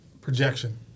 projection